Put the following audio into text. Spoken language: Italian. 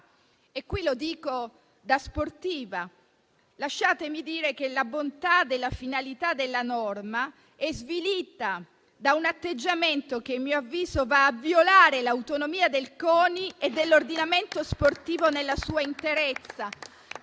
a squadra. Da sportiva, lasciatemi dire che la bontà della finalità della norma è svilita da un atteggiamento che, a mio avviso, va a violare l'autonomia del CONI e dell'ordinamento sportivo nella sua interezza.